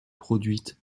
produite